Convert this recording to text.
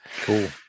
Cool